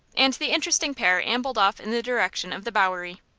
and the interesting pair ambled off in the direction of the bowery.